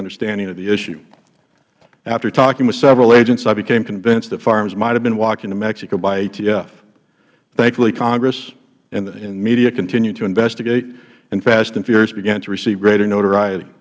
understanding of the issue after talking with several agents i became convinced that firearms might have been walking to mexico by atf thankfully congress and the media continued to investigate and fast and furious began to receive greater notoriety